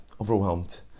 overwhelmed